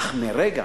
אך מרגע